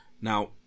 Now